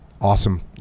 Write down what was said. awesome